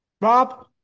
Rob